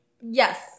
Yes